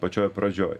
pačioj pradžioj